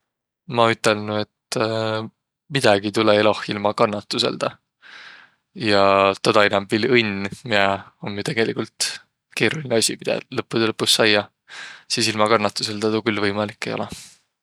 Maq ütelnüq, et midägi ei tulõq eloh ilma kannatusõldaq. Ja toda inämb viil õnn, miä om jo tegeligult keerolinõ asi, midä lõppudõ lõppus saiaq, sis ilma kannatusõldaq tuu küll võimalik ei olõq.